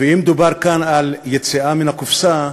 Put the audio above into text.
ואם דובר כאן על יציאה מן הקופסה,